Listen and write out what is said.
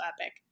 epic